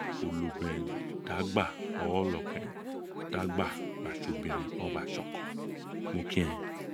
Onobiren ti a gba usie onokeren ti a gba tse obiren were gba tse oko mo kin ee.